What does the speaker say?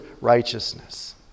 righteousness